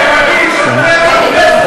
אני יודע מי הם,